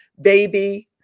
baby